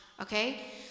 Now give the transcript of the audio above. okay